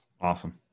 Awesome